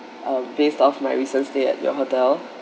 uh based on my recent stay at your hotel